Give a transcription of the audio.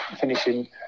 finishing